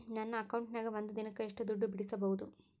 ನನ್ನ ಅಕೌಂಟಿನ್ಯಾಗ ಒಂದು ದಿನಕ್ಕ ಎಷ್ಟು ದುಡ್ಡು ಬಿಡಿಸಬಹುದು?